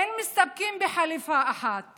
אין מסתפקים בחליפה אחת